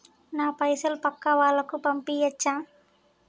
నా పైసలు పక్కా వాళ్ళకు పంపియాచ్చా?